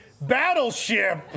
Battleship